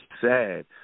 sad